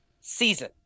season